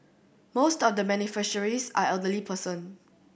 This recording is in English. most of the beneficiaries are elderly person